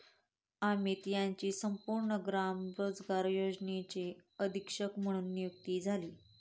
अमित यांची संपूर्ण ग्राम रोजगार योजनेचे अधीक्षक म्हणून नियुक्ती झाली